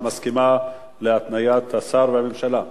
את מסכימה להתניית השר והממשלה?